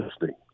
listening